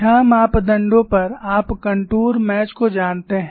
छह मापदंडों पर आप कंटूर मैच को जानते हैं